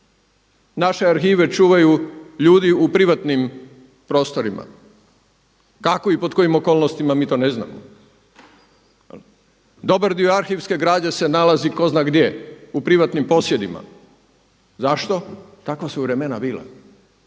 Naše arhive čuvaju ljudi u privatnim prostorima. Kako i pod kojim okolnostima mi to ne znamo. Dobar dio arhivske građe se nalazi tko zna gdje. U privatnim posjedima. Zašto? Takva su vremena bila.